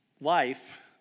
life